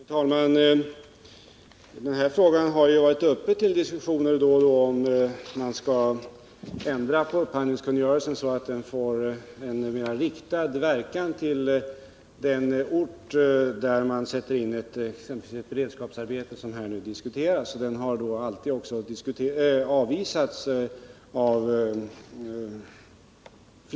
Fru talman! Den här frågan har ju varit uppe till diskussion då och då. Man har övervägt om man skall ändra upphandlingskungörelsen, så att den får en verkan mera direkt riktad till den ort där man ordnar beredskapsarbeten, exempelvis av det här diskuterade slaget. Av flera skäl har vi då alltid ställt oss avvisande.